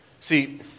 See